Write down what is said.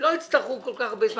לא יצטרכו כל כך הרבה זמן.